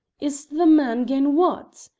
is the man gane wud?